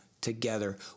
together